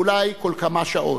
ואולי כל כמה שעות.